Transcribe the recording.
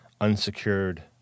unsecured